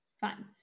fine